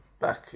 back